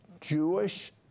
Jewish